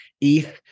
ETH